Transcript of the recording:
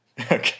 Okay